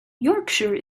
yorkshire